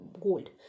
gold